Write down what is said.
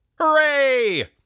Hooray